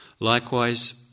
Likewise